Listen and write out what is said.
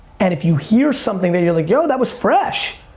and if you hear something that you're like, yo that was fresh!